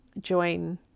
join